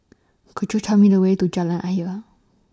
Could YOU Tell Me The Way to Jalan Ayer